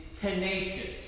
tenacious